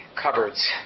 cupboards